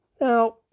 Now